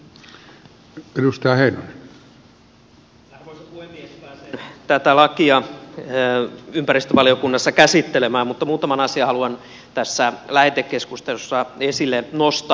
pääsen tätä lakia ympäristövaliokunnassa käsittelemään mutta muutaman asian haluan tässä lähetekeskustelussa esille nostaa